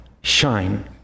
shine